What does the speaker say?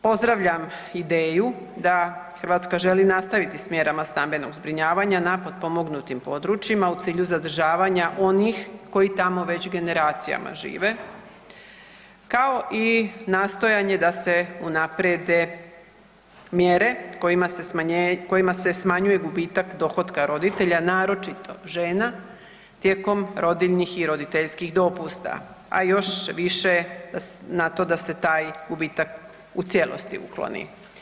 Pozdravljam ideju da Hrvatska želi nastaviti s mjerama stambenog zbrinjavanja na potpomognutim područjima u cilju zadržavanja onih koji tamo već generacijama žive kao i nastojanje da se unaprijede mjere kojima se smanjuje gubitak dohotka roditelja naročito žena tijekom rodiljnih i roditeljskih dopusta, a još više na to da se taj gubitak u cijelosti ukloni.